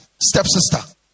stepsister